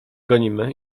gonimy